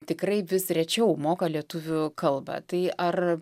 tikrai vis rečiau moka lietuvių kalbą tai ar